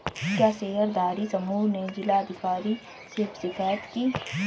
क्या शेयरधारी समूह ने जिला अधिकारी से शिकायत की?